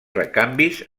recanvis